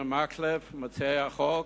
מקלב, מציעי החוק,